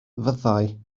fyddai